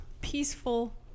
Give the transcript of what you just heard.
Peaceful